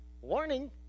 warning